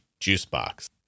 juicebox